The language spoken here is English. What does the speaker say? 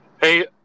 Hey